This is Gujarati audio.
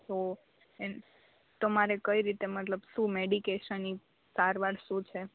તો એ તો મારે કઈ રીતે મતલબ શું મેડીકેશનની સારવાર શું છે